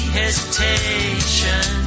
hesitation